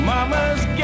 Mama's